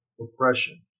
oppression